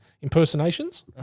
impersonations